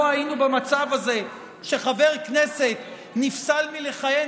לא היינו במצב הזה שחבר כנסת נפסל מלכהן